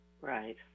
Right